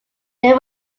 there